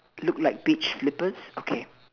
look like beach slippers okay